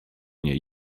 mnie